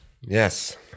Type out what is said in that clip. Yes